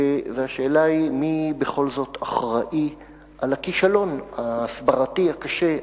והשאלה היא מי בכל זאת אחראי לכישלון ההסברתי הקשה,